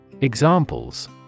Examples